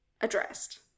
addressed